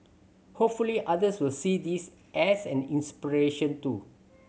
hopefully others will see this as an inspiration too